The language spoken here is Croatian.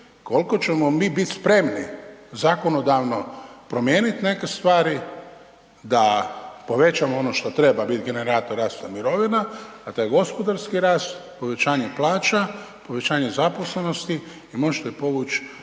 koliko ćemo mi biti spremni zakonodavno promijeniti neke stvari da povećamo ono što treba biti generator rasta mirovina, da taj gospodarski rast povećanja plaća, povećanje zaposlenosti i možete povući